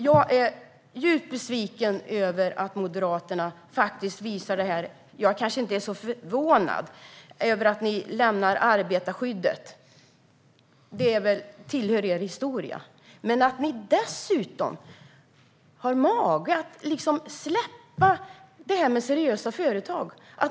Jag är djupt besviken - men kanske inte så förvånad - över att Moderaterna lämnar arbetarskyddet; det tillhör er historia. Men ni har dessutom mage att släppa detta med seriösa företag.